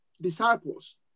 disciples